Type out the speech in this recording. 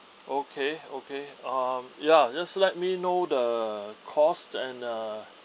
okay okay um ya just let me know the cost and uh